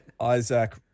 Isaac